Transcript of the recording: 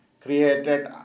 created